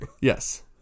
Yes